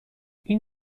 این